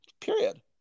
Period